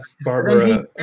Barbara